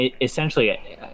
essentially